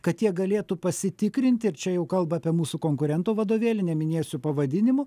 kad jie galėtų pasitikrinti ir čia jau kalba apie mūsų konkurento vadovėlį neminėsiu pavadinimų